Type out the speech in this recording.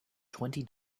twenty